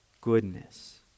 goodness